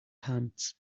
hands